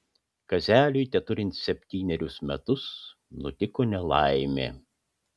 kazeliui teturint septynerius metus nutiko nelaimė